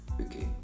Okay